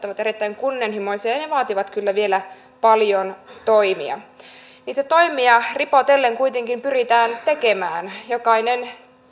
ovat erittäin kunnianhimoisia ja ne vaativat kyllä vielä paljon toimia niitä toimia ripotellen kuitenkin pyritään tekemään jokainen